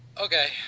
Okay